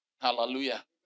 Hallelujah